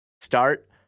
start